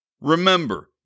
Remember